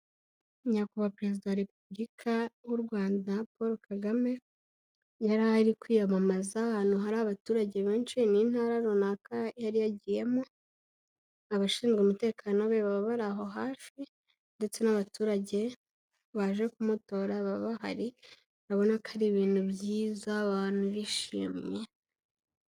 Nyakubahwa perezida wa Repubulika w'u Rwanda Paul Kagame yari ari kwiyamamaza ahantu hari abaturage benshi, ni intara runaka yari yagiyemo. Abashinzwe umutekano be baba bari aho hafi ndetse n'abaturage baje kumutora baba bahari, urabona ko ari ibintu byiza abantu bishimye.